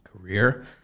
career